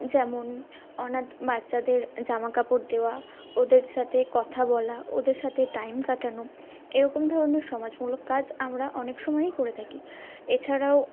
যেমন অনাথ বাচ্চাদের জামাকাপড় দেওয়া ওদের সাথে কথা বলা ওদের সাথে টাইম কাটানো এরকম ধরনের সমাজমূলক কাজ আমরা অনেক সময়ই করে থাকি এছাড়াও